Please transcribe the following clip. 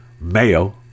mayo